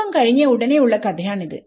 കമ്പം കഴിഞ്ഞ ഉടനെയുള്ള കഥയാണിത്